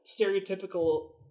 stereotypical